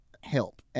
help